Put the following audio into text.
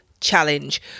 challenge